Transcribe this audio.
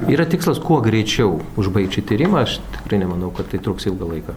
yra tikslas kuo greičiau užbaigt šį tyrimą aš tikrai nemanau kad tai truks ilgą laiką